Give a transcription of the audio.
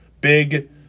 big